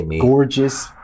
gorgeous